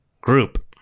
group